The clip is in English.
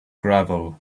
gravel